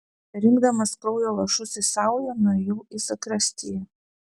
rinkdamas kraujo lašus į saują nuėjau į zakristiją